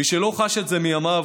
מי שלא חש את זה מימיו,